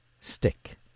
Stick